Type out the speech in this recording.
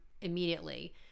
immediately